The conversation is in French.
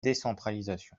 décentralisation